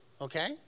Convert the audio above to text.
okay